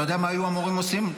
אתה יודע מה המורים היו עושים?